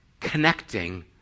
connecting